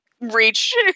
reach